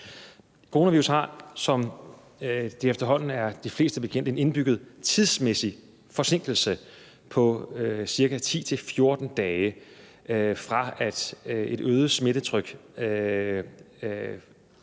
Coronavirus har, som det efterhånden er de fleste bekendt, en indbygget tidsmæssig forsinkelse på ca. 10-14 dage, fra at et øget smittetryk